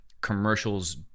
commercials